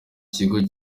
kigo